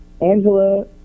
Angela